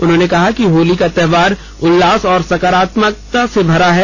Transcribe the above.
उन्होंने कहा कि होली का त्योहार उल्लास और सकारात्मकता से भरा है